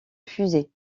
fusée